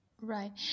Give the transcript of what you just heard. right